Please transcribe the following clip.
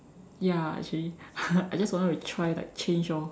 ya actually I just wanted to try like change orh